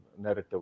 narrative